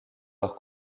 leurs